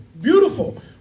beautiful